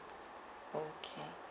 okay